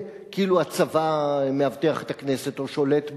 כאילו הצבא מאבטח את הכנסת או שולט בה,